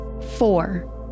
Four